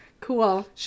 Cool